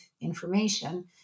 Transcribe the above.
information